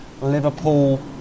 Liverpool